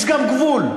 יש גם גבול.